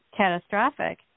catastrophic